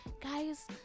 Guys